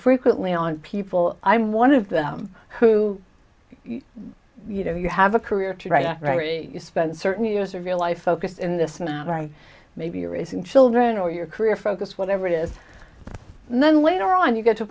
frequently on people i'm one of them who you know you have a career to spend certain years of your life focused in this matter i'm maybe raising children or your career focused whatever it is and then later on you get to a